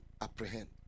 apprehend